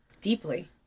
deeply